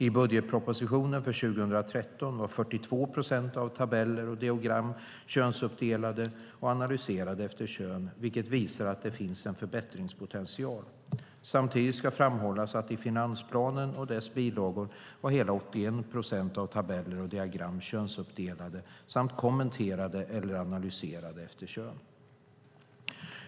I budgetpropositionen för 2013 var 42 procent av tabellerna och diagrammen könsuppdelade och analyserade efter kön, vilket visar att det finns en förbättringspotential. Samtidigt ska det framhållas att i finansplanen och dess bilagor var hela 81 procent av tabellerna och diagrammen könsuppdelade samt kommenterade eller analyserade efter kön.